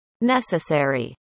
necessary